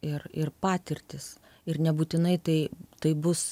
ir ir patirtys ir nebūtinai tai tai bus